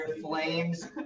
flames